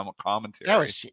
commentary